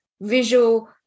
visual